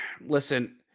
listen